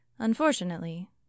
Unfortunately